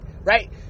right